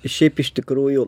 šiaip iš tikrųjų